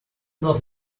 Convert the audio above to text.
not